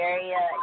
Area